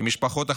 משפחות החטופים.